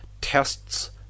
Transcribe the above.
tests